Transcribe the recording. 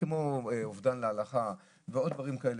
כמו אובדן להלכה ועוד דברים כאלה,